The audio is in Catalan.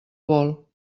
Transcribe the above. bol